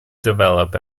develop